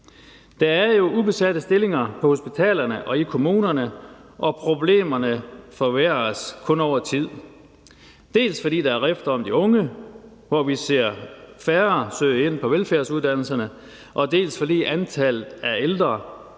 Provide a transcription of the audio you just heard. Der er jo ubesatte stillinger på hospitalerne og i kommunerne, og problemerne forværres kun over tid, dels fordi der er rift om de unge, hvor vi ser færre søge ind på velfærdsuddannelserne, og dels fordi antallet af ældre,